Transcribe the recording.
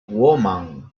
woman